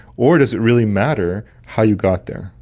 or does it really matter how you got there?